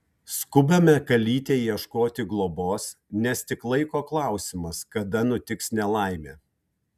skubame kalytei ieškoti globos nes tik laiko klausimas kada nutiks nelaimė